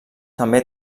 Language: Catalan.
també